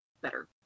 better